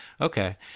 Okay